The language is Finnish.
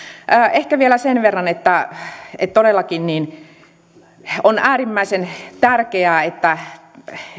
ehkä vielä sen verran että että todellakin on äärimmäisen tärkeää että